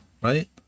right